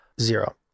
Zero